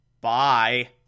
Bye